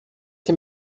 que